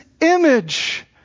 image